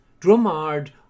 Drumard